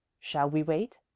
shall we wait?